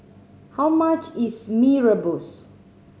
how much is Mee Rebus